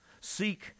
Seek